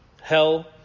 Hell